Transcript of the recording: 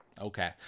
Okay